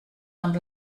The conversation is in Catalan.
amb